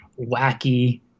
wacky